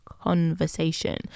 conversation